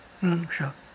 mm sure